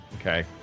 okay